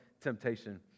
temptation